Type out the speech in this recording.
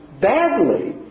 badly